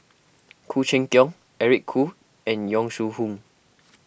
Khoo Cheng Tiong Eric Khoo and Yong Shu Hoong